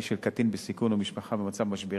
של קטין בסיכון או משפחה במצב משברי.